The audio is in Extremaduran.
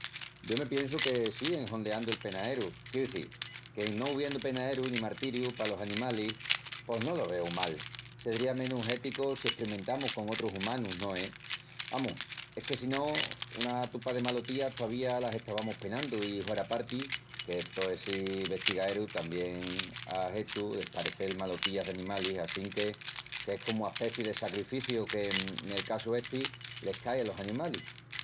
Yo me piensu que sí en hondeandu el penaeru. Quiu izil, que en no uviendu penaeru ni martiriu palos animalis, pos no lo veu mal. Sedría menus éticu si esprimentamus con otrus umanus, no es? Amus, es que si no, una tupa de malotías tovía las estavamus penandu i, hueraparti, que tó essi vestigaeru tamién á hechu desparecel malotías d'animalis assinque que es comu aspeci de sacrificiu que, nel casu esti, les cai alos animalis.